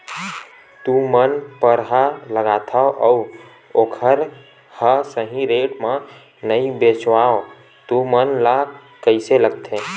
तू मन परहा लगाथव अउ ओखर हा सही रेट मा नई बेचवाए तू मन ला कइसे लगथे?